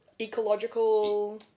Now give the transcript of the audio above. Ecological